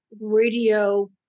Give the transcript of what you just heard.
radio